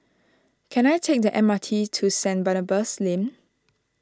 can I take the M R T to Saint Barnabas Lane